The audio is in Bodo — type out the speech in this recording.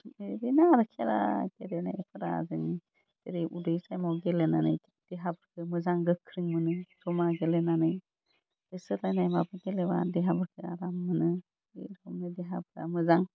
बिदिनो आरो खेला गेलेनायफ्रा जों जेरै उन्दै समाव गेलेनानै देहाफोरखौ मोजां गोख्रों मोनो जमा गेलेनानै होसोलायनाय माबा गेलेबा देहाफोरखौ आराम मोनो बे रोखोमनो देहाफ्रा मोजां